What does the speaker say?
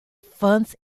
funds